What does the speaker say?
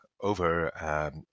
over